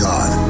God